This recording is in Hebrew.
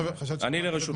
אני לרשותך.